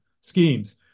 schemes